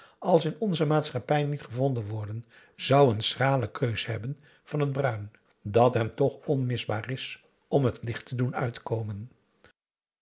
als in onze maatschappij niet gevonden worden zou n schrale keus hebben van t bruin p a daum hoe hij raad van indië werd onder ps maurits dat hem toch onmisbaar is om t licht te doen uitkomen